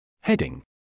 Heading